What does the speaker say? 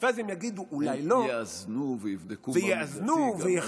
ואז הם יגידו: אולי לא --- הם יאזנו ויבדקו במידתי גם.